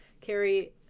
Carrie